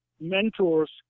mentors